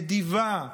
נדיבה,